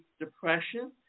depression